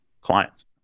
clients